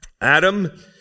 Adam